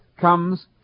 comes